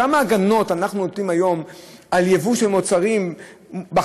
כמה הגנות אנחנו נותנים היום ביבוא של מוצרים בחקלאות?